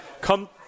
come